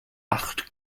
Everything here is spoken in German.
acht